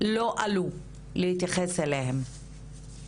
לא עלו, להתייחס אליהם.